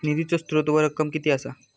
निधीचो स्त्रोत व रक्कम कीती असा?